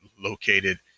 located